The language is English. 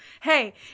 Hey